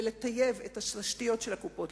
לטייב את התשתיות של הקופות,